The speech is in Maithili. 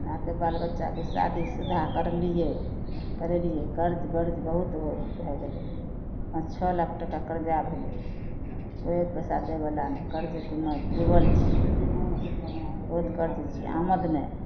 आब तऽ बालबच्चाकेँ शादीशुदा करलिए करेलिए कर्ज बर्ज बहुत हो भै गेलै पाँच छओ लाख टका करजा भै गेलै कोइ एक पइसा दैवला नहि कर्जमे डुबल छिए बहुत कर्ज छै आमद नहि